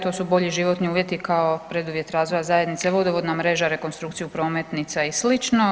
To su bolji životni uvjeti kao preduvjet razvoja zajednice, vodovodna mreža, rekonstrukciju prometnica i slično.